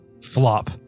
flop